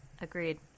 agreed